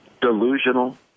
Delusional